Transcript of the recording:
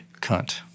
cunt